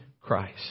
Christ